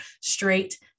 straight